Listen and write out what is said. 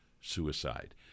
suicide